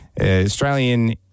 Australian